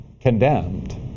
Condemned